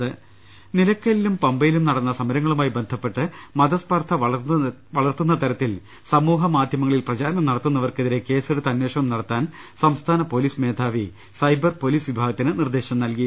രുട്ട്ട്ട്ട്ട്ട്ട്ട്ട ന നിലയ്ക്കലിലും പമ്പയിലും നടന്ന സമരങ്ങളുമായി ബന്ധപ്പെട്ട് മത സ്പർധ വളർത്തുന്ന തരത്തിൽ സമൂഹ മാധ്യമങ്ങളിൽ പ്രചാരണം നടത്തു ന്നവർക്കെതിരെ കേസെടുത്ത് അന്വേഷണം നടത്താൻ സംസ്ഥാന പൊലീസ് മേധാവി സൈബർ പൊലീസ് വിഭാഗത്തിന് നിർദ്ദേശം നൽകി